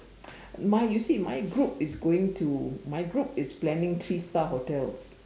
my you see my group is going to my group is planning three star hotels